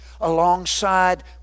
alongside